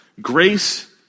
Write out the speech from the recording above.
Grace